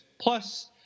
Plus